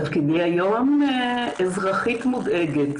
תפקידי היום, אזרחית מודאגת,